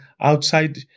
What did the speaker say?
outside